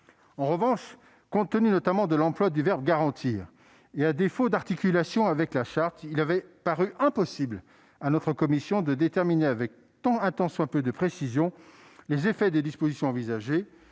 En revanche, compte tenu, notamment, de l'emploi du verbe « garantir » et du défaut d'articulation avec la Charte, il avait paru impossible à notre commission de déterminer avec un tant soit peu de précision les effets des dispositions envisagées,